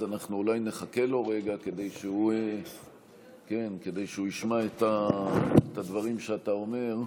אז אנחנו אולי נחכה לו רגע כדי שהוא ישמע את הדברים שאתה אומר.